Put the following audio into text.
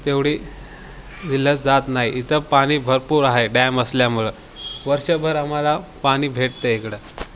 तेवढी दिलच जात नाही इथं पाणी भरपूर आहे डॅम असल्यामुळं वर्षभर आम्हाला पाणी भेटते इकडं